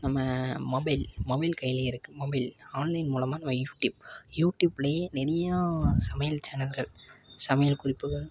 நம்ம mobile mobile கையிலே இருக்குது மொபைல் ஆன்லைன் மூலமாக நம்ம யூடியூப் யூடியூப்லேயே நிறையா சமையல் சேனல்கள் சமையல் குறிப்புகள்